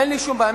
אין לי שום בעיה,